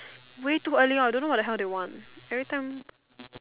way too early lor I don't know what the hell they want every time